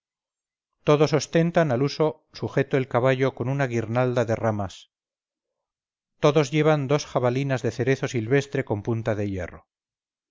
todos ostentan al uso sujeto el caballo con una guirnalda de ramas todos llevan dos jabalinas de cerezo silvestre con punta de hierro